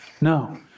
No